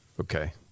Okay